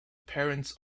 parents